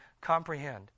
comprehend